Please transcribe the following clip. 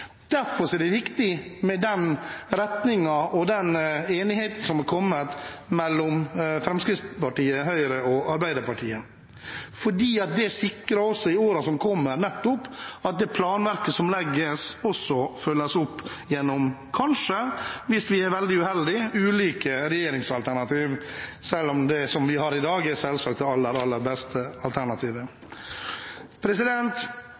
Derfor er det viktig med den retningen og med den enigheten mellom Fremskrittspartiet, Høyre og Arbeiderpartiet, fordi det sikrer, også i årene som kommer, at det planverket som legges, også følges opp av kanskje – hvis vi er veldig uheldige – ulike regjeringsalternativ, selv om det som vi har i dag, selvsagt er det aller beste